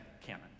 canon